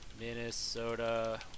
Minnesota